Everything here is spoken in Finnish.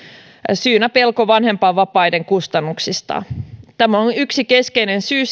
syynä pelko vanhempainvapaiden kustannuksista tämä on yksi keskeinen syy